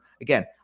again